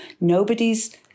nobody's